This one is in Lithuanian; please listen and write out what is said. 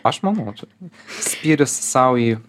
aš manau čia spyris sau į